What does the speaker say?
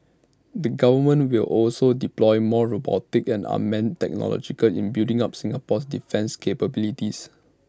the government will also deploy more robotics and unmanned technologies in building up Singapore's defence capabilities